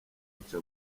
nca